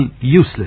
useless